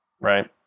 right